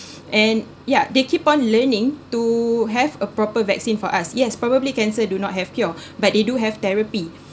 and yeah they keep on learning to have a proper vaccine for us yes probably cancer do not have cure but they do have therapy